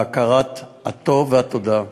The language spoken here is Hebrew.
בהכרת הטוב והתודה,